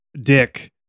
Dick